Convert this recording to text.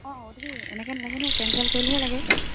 অঁ অঁ তুমি এনেকে নেলাগে নহয় কেঞ্চেল কৰিলেহে লাগে